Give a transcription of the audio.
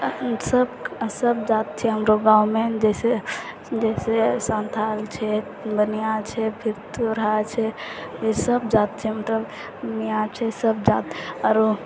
सब सब जाति छै हमरो गाँव मे जैसे जैसे संथाल छै बनिया छै फिर तोरहा छै ई सब जाति छै मतलब मियाँ छै सब जाति आरो